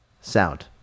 sound